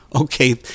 Okay